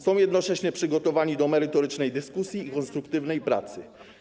Są jednocześnie przygotowani do merytorycznej dyskusji i konstruktywnej pracy.